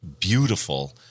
beautiful